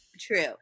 True